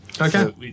Okay